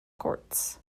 courts